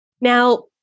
Now